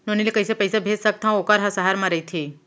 नोनी ल कइसे पइसा भेज सकथव वोकर ह सहर म रइथे?